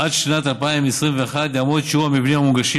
עד שנת 2021 יעמוד שיעור המבנים המונגשים